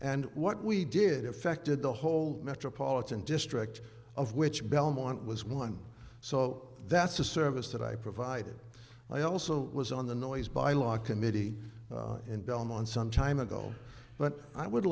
and what we did affected the whole metropolitan district of which belmont was one so that's a service that i provided i also was on the noise bylaw committee in belmont some time ago but i would